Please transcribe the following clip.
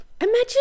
Imagine